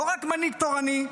לא רק מנהיג תורני,